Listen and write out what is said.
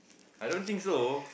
I don't think so